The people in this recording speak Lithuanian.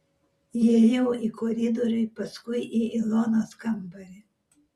įėjau į koridorių paskui į ilonos kambarį